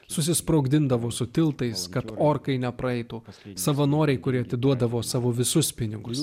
susisprogdindavo su tiltais kad orkai nepraeitų pas savanoriai kurie atiduodavo savo visus pinigus